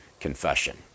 confession